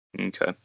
Okay